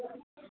हॅं